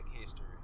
history